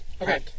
Okay